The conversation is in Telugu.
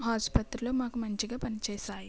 ఆసుపత్రులు మాకు మంచిగా పని చేశాయి